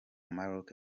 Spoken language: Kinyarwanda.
maroc